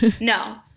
no